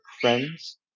friends